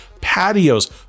patios